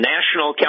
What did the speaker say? National